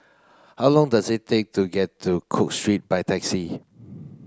how long does it take to get to Cook Street by taxi